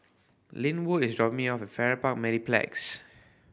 Lynwood is dropping me off Farrer Park Mediplex